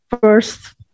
first